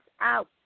out